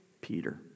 Peter